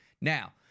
Now